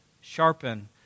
sharpen